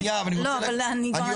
שנייה, אבל אני רוצה להגיד משהו.